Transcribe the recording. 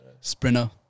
Sprinter